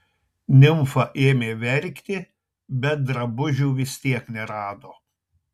nimfa ėmė verkti bet drabužių vis tiek nerado